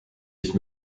ich